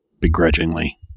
Begrudgingly